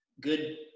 good